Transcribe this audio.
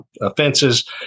offenses